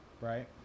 right